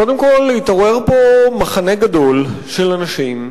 קודם כול, התעורר פה מחנה גדול של אנשים,